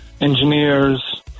engineers